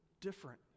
different